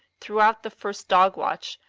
throughout the first dog-watch,